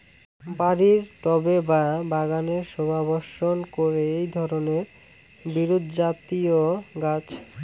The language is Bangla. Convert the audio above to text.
বাড়ির টবে বা বাগানের শোভাবর্ধন করে এই ধরণের বিরুৎজাতীয় গাছ